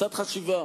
קצת חשיבה,